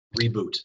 reboot